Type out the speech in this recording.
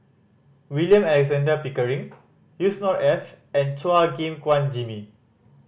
William Alexander Pickering Yusnor Ef and Chua Gim Guan Jimmy